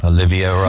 Olivia